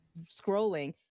scrolling